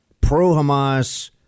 pro-Hamas